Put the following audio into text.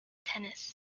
tennis